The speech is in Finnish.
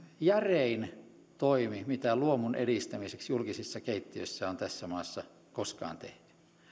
järein toimi mitä luomun edistämiseksi julkisissa keittiöissä on tässä maassa koskaan tehty